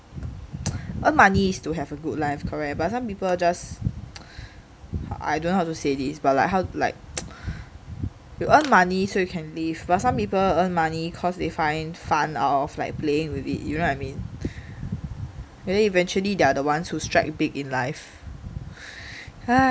earn money is to have a good life correct but some people just I don't know how to say this but like how like will earn money so you can live but some people earn money cause they find fun out of like playing with it you know what I mean maybe eventually they are the ones who strike big in life